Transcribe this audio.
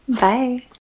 Bye